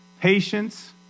patience